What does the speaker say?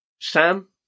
Sam